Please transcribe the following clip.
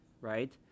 right